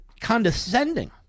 condescending